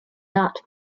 not